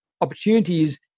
opportunities